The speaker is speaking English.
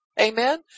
Amen